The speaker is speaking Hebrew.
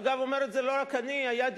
אגב, לא רק אני אומר את זה.